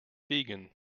vegan